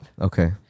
Okay